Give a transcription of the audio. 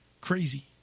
crazy